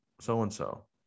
so-and-so